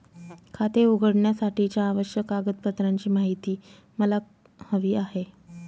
खाते उघडण्यासाठीच्या आवश्यक कागदपत्रांची माहिती मला हवी आहे